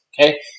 okay